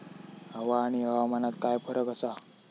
हवा आणि हवामानात काय फरक असा?